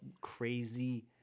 crazy